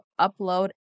upload